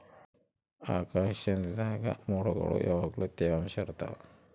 ಆಕಾಶ್ದಾಗಿನ ಮೊಡ್ಗುಳು ಯಾವಗ್ಲು ತ್ಯವಾಂಶ ಇರ್ತವ